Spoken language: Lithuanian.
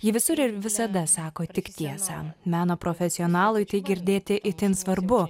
ji visur ir visada sako tik tiesą meno profesionalui tai girdėti itin svarbu